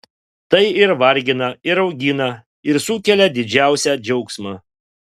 tai ir vargina ir augina ir sukelia didžiausią džiaugsmą